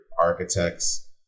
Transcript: architects